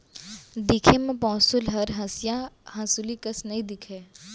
दिखे म पौंसुल हर हँसिया हँसुली कस नइ दिखय